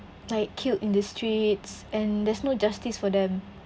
like killed in the streets and there's no justice for them